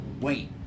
wait